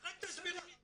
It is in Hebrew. רק תסבירו לי,